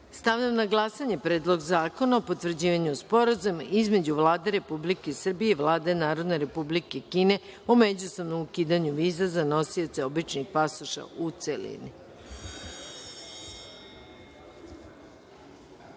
zakona. Stavljam na glasanje Predlog zakona o potvrđivanju Sporazuma između Vlade Republike Srbije i Vlade Narodne Republike Kine o međusobnom ukidanju viza za nosioce običnih pasoša, u